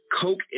coke